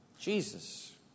Jesus